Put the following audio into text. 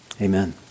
amen